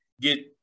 get